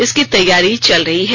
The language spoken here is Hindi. इसकी तैयारी चल रही है